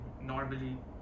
normally